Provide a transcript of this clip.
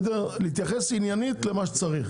להתייחס עניינית למה שצריך.